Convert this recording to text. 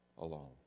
alone